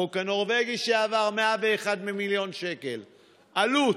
החוק הנורבגי שעבר, 101 מיליון שקל עלות,